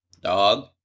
Dog